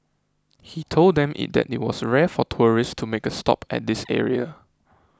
he told them it that it was rare for tourists to make a stop at this area